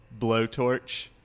blowtorch